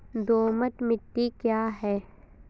दोमट मिट्टी क्या है?